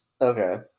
Okay